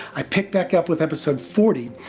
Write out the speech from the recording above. i picked back up with episode forty,